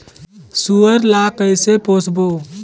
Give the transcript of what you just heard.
सुअर ला कइसे पोसबो?